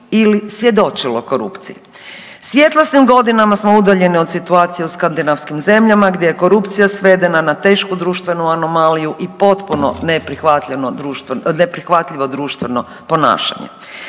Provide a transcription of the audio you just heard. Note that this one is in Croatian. i/ili svjedočilo korupciji. Svjetlosnim godinama smo udaljeni od situacije u skandinavskim zemljama gdje je korupcija svedena na tešku društvenu anomaliju i potpuno neprihvatljivo društveno ponašanje.